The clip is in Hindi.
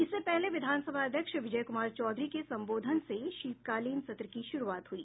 इससे पहले विधानसभा अध्यक्ष विजय कुमार चौधरी के संबोधन से शीतकालीन सत्र की शुरूआत हुई